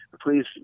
Please